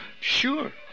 Sure